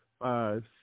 five